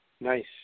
Nice